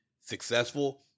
successful